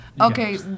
Okay